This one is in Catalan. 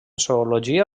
zoologia